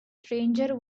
stranger